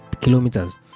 kilometers